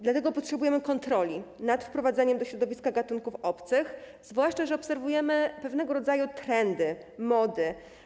Dlatego potrzebujemy kontroli nad wprowadzaniem do środowiska gatunków obcych, zwłaszcza że obserwujemy pewnego rodzaju trendy, mody.